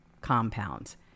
compounds